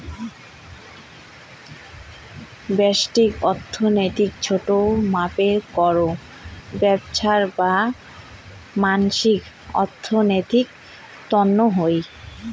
ব্যষ্টিক অর্থনীতি ছোট মাপে কোনো ব্যবছার বা মানসির অর্থনীতির তন্ন হউ